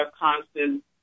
constant